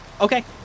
Okay